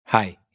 Hi